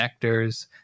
connectors